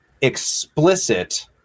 explicit